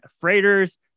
freighters